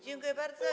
Dziękuję bardzo.